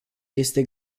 este